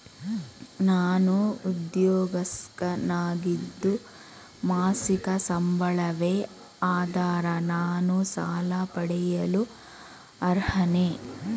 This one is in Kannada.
ನಾನು ಉದ್ಯೋಗಸ್ಥನಾಗಿದ್ದು ಮಾಸಿಕ ಸಂಬಳವೇ ಆಧಾರ ನಾನು ಸಾಲ ಪಡೆಯಲು ಅರ್ಹನೇ?